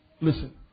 listen